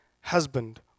husband